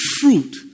fruit